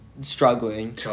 struggling